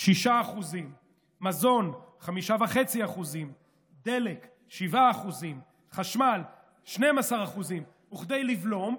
6%; מזון, 5.5%; דלק, 7%; חשמל, 12%, וכדי לבלום,